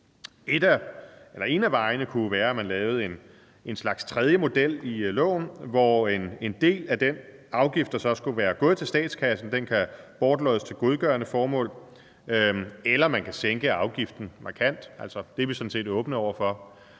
En af vejene kunne jo være, at man lavede en slags tredje model i loven, hvor en del af den afgift, der skulle være gået til statskassen, kan bortloddes til godgørende formål, eller man kan sænke afgiften markant. Det er vi sådan set åbne over for.